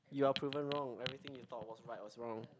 you are proven wrong everything you thought was right was wrong